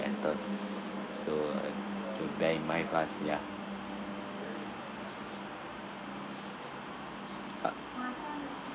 enter so uh to bear in mind first ya uh